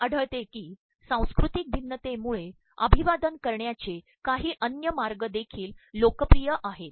असे आढळते की सांस्त्कृततक मभन्नतेमुळेअमभवादन करण्याचेकाही अन्य मागय देखील लोकप्रिय आहेत